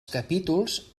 capítols